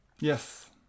yes